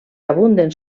abunden